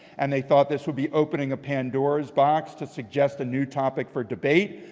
and they thought this would be opening a pandora's box to suggest a new topic for debate.